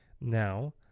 Now